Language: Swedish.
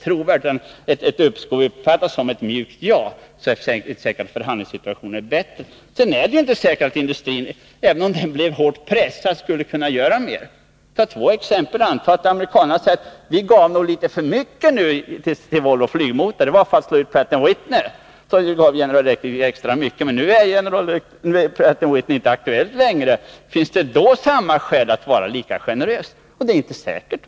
Ett beslut om uppskov kommer att uppfattas som ett mjukt ja, och det är inte troligt att förhandlingssituationen är bättre efter det. Vidare är det inte säkert att industrin, även om den blev hårt pressad, skulle kunna gå längre än den har gjort. Låt oss exempelvis anta att amerikanarna säger: Vi gav nog litet för mycket till Volvo Flygmotor. Det var för att slå ut Pratt & Whitney, som gav General Electric litet extra mycket. Men när nu Pratt & Whitney inte är aktuellt längre, finns det då samma skäl att vara lika generösa? Det är inte säkert!